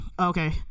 Okay